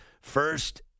first